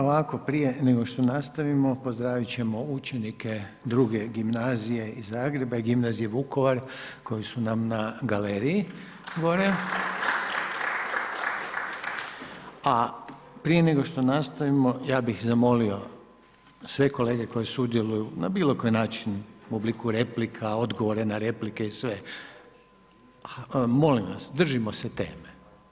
Ovako, prije nego što nastavimo, pozdravit ćemo učenike II. gimnazije iz Zagreba i Gimnazije Vukovar koju su nam na galeriji gore. A prije nego što nastavimo, ja bih zamolio sve kolege koji sudjeluju na bilokoji način u obliku replika, odgovora na replika i sve, molim vas, držimo teme.